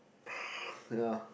ya